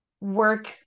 work